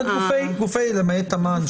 למעט אמ"ן,